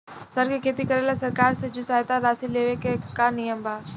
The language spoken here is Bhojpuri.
सर के खेती करेला सरकार से जो सहायता राशि लेवे के का नियम बा?